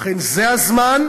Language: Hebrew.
לכן זה הזמן,